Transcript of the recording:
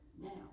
Now